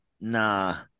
Nah